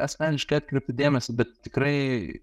asmeniškai atkreipiu dėmesį bet tikrai